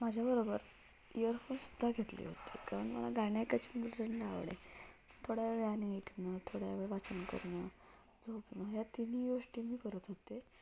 माझ्याबरोबर इयरफोनसुद्धा घेतली होती कारण मला गाण्याची प्रचंड आवड आहे थोड्या वेळ गाणे ऐकणं थोड्या वेळ वाचन करणं झोपणं ह्या तिन्ही गोष्टी मी करत होते